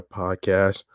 podcast